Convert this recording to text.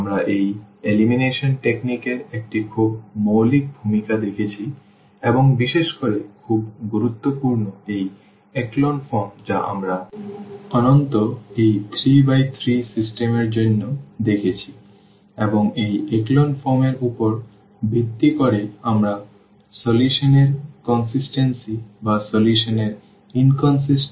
সুতরাং আমরা এই এলিমিনেশন কৌশল এর একটি খুব মৌলিক ভূমিকা দেখেছি এবং বিশেষ করে খুব গুরুত্বপূর্ণ এই echelon form যা আমরা অন্তত এই 3 বাই 3 সিস্টেম এর জন্য দেখেছি এবং এই echelon form এর উপর ভিত্তি করে আমরা সমাধান এর ধারাবাহিকতা বা সমাধান এর অসঙ্গতি সম্পর্কে কথা বলতে পারি